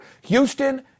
Houston